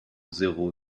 zéro